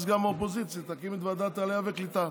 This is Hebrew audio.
אז האופוזיציה תקים את ועדת העלייה וקליטה.